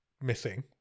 missing